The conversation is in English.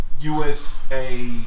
USA